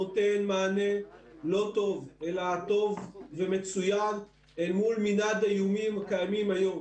נותן מענה לא טוב אלא טוב ומצוין אל מול מנעד האיומים הקיימים היום.